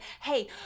Hey